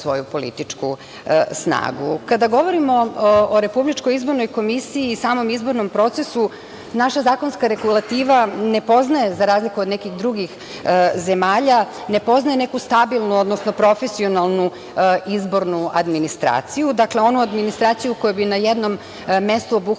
govorimo o RIK i samom izbornom procesu, naša zakonska regulativa ne poznaje, za razliku od drugih zemalja, ne poznaje neku stabilnu, odnosno profesionalnu izbornu administraciju. Dakle, onu administraciju koja bi na jednom mestu obuhvatala